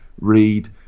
read